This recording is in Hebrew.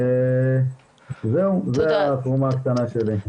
זו התרומה הקטנה שלי.